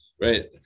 Right